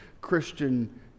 Christian